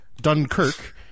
Dunkirk